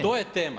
To je tema.